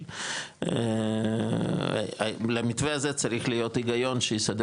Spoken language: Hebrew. אבל למתווה הזה צריך להיות היגיון שיסדר